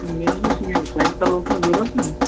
مےٚ حظ اوس یہِ سایکل اوس مےٚ ضروٗرت نا